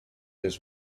his